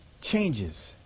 Changes